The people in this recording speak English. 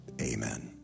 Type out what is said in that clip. Amen